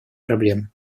проблемы